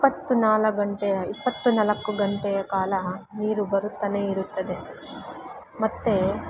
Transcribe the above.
ಇಪ್ಪತ್ತು ನಾಲ್ಕು ಗಂಟೆಯ ಇಪ್ಪತ್ತುನಾಲ್ಕು ಗಂಟೆಯ ಕಾಲ ನೀರು ಬರುತ್ತನೇ ಇರುತ್ತದೆ ಮತ್ತು